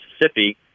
Mississippi